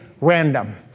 random